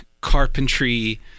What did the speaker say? carpentry